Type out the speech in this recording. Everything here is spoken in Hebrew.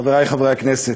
חברי חברי הכנסת,